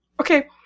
Okay